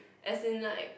as in like